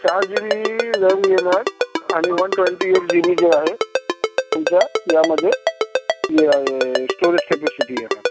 चार G B RAM येणार आणि one twenty eight G B जे आहे तुमचं यामध्ये जे आहे स्टोरेज कॅपेसिटी येणार